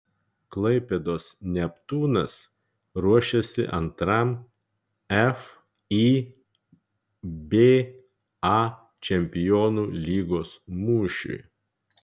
klaipėdos neptūnas ruošiasi antram fiba čempionų lygos mūšiui